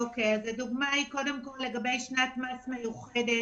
הדוגמה היא קודם כל לגבי שנת מס מיוחדת.